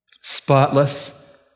spotless